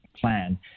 plan